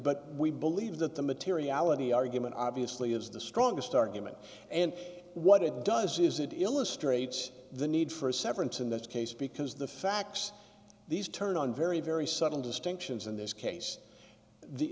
but we believe that the materiality argument obviously is the strongest argument and what it does is it illustrates the need for a severance in this case because the facts these turn on very very subtle distinctions in this